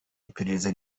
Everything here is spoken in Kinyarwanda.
iperereza